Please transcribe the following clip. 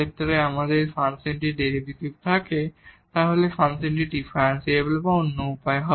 যদি আমাদের কাছে ফাংশনটির ডেরিভেটিভ থাকে তাহলে ফাংশনটি ডিফারেনশিবল হবে